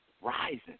rising